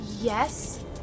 yes